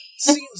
Seems